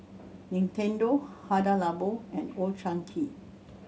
Nintendo Hada Labo and Old Chang Kee